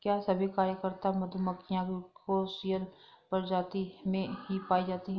क्या सभी कार्यकर्ता मधुमक्खियां यूकोसियल प्रजाति में ही पाई जाती हैं?